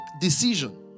decision